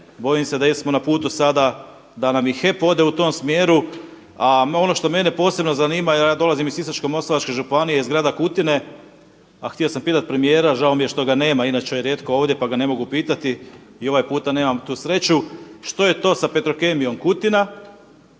Bojim se da smo na putu sada da nam i HEP ode u tom smjeru. A ono što mene posebno zanima jer ja dolazim iz Sisačko-moslavačke županije iz Grada Kutine, a htio sam pitati premijera, žao mi je što ga nema, inače je rijetko ovdje pa ga ne mogu pitati i ovaj puta nemam tu sreću, što je to sa Petrokemijom Kutina?